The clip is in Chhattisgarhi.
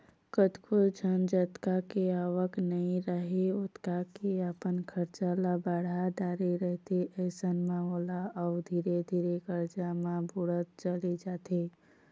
कतको झन जतका के आवक नइ राहय ओतका के अपन खरचा ल बड़हा डरे रहिथे अइसन म ओहा अउ धीरे धीरे करजा म बुड़त चले जाथे